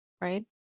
right